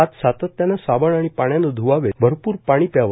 हात सातत्याने साबण आणि पाण्याने ध्वावेत भरपूर पाणी प्यावे